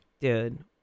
Dude